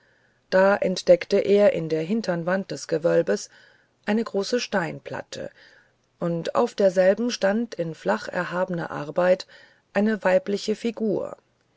da entdeckte er in der hintern wand des gewölbes eine große steinplatte und auf derselben stand in flach erhabener arbeit eine weibliche figur